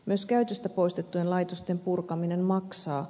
myös käytöstä poistettujen laitosten purkaminen maksaa